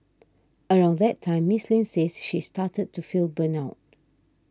around that time Miss Lin says she started to feel burnt out